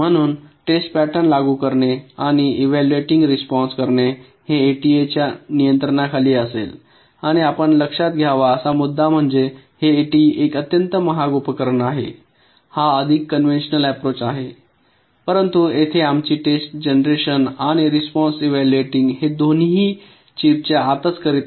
म्हणून test pattern लागू करणे आणि इव्हाल्युएटिंग रिस्पॉन्स करणे हे एटीईच्या नियंत्रणाखाली असेल आणि आपण लक्षात घ्यावा असा मुद्दा म्हणजे हे एटीई एक अत्यंत महाग उपकरण आहे हा अधिक कॉन्वेशनल अँप्रोच आहे परंतु येथे आमची टेस्ट जनरेशन आणि रिस्पॉन्स इव्हाल्युएटिंग हे दोन्ही चिपच्या आतच करीत आहोत